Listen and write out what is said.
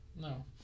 No